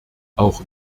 auch